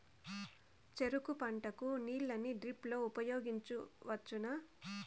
చెరుకు పంట కు నీళ్ళని డ్రిప్ లో ఉపయోగించువచ్చునా?